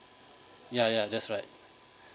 ya ya that's right